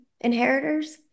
inheritors